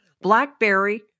blackberry